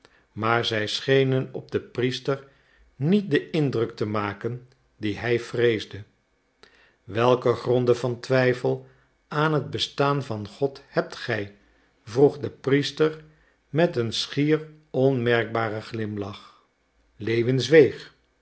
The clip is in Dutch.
maar zij schenen op den priester niet den indruk te maken dien hij vreesde welke gronden van twijfel aan het bestaan van god hebt gij dan vroeg de priester met een schier onmerkbaren glimlach